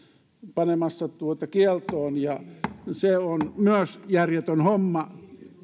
panemassa kieltoon ja se on myös järjetön homma